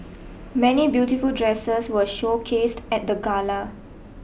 many beautiful dresses were showcased at the gala